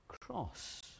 cross